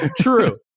true